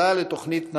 הצדעה לתוכנית נעל"ה,